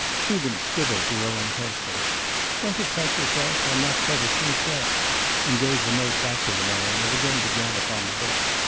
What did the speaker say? shubin scribbled below in pencil don't excite yourself, i'm not quite a sneak yet and gave the note back to the man, and again began upon the book.